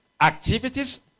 activities